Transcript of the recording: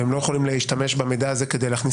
והם לא יכולים להשתמש במידע הזה כדי להכניס